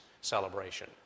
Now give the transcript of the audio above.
celebration